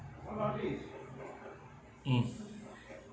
mm